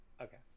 Okay